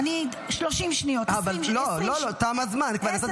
30 שניות, 20 שניות.